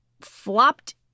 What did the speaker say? flopped